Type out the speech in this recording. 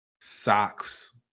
socks